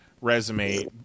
resume